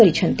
କରିଛନ୍ତି